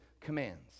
commands